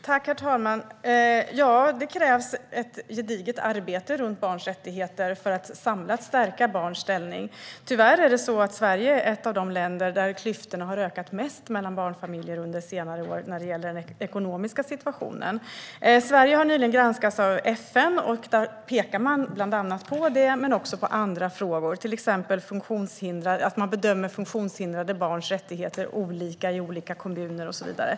Herr talman! Ja, det krävs ett gediget arbete runt barns rättigheter för att samlat stärka barns ställning. Tyvärr är Sverige ett av de länder där klyftorna har ökat mest mellan barnfamiljer under senare år när det gäller den ekonomiska situationen. Sverige har nyligen granskats av FN, och där pekar man bland annat på det men också på andra frågor, till exempel att man bedömer funktionshindrade barns rättigheter olika i olika kommuner och så vidare.